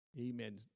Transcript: amen